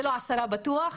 זה לא עשרה בטוח,